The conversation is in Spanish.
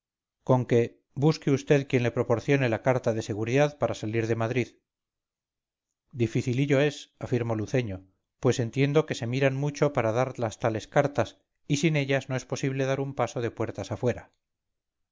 conque busque usted quien le proporcione la carta de seguridad para salir de madrid dificilillo es afirmó luceño pues entiendo que se miran mucho para dar las tales cartas y sin ellas no es posible dar un paso de puertas afuera